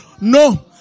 No